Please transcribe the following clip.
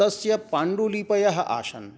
तस्य पाण्डुलिपयः आसन्